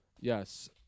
Yes